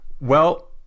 Well-